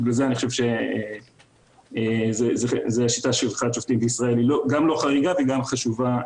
אני חושב ששיטת בחירת השופטים בישראל היא לא חריגה וגם חשובה.